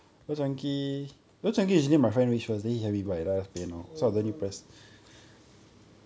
oh